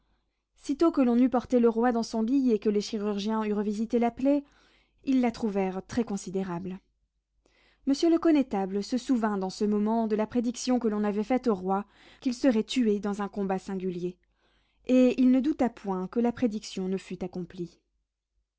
sitôt que l'on eut porté le roi dans son lit et que les chirurgiens eurent visité sa plaie ils la trouvèrent très considérable monsieur le connétable se souvint dans ce moment de la prédiction que l'on avait faite au roi qu'il serait tué dans un combat singulier et il ne douta point que la prédiction ne fût accomplie